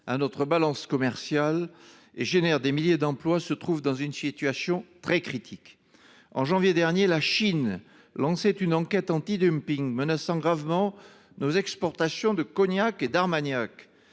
à notre balance commerciale et crée des milliers d’emplois, se trouve dans une situation très critique. En janvier dernier, la Chine lançait une enquête antidumping menaçant gravement nos exportations de cognac et d’armagnac.